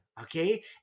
Okay